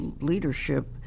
leadership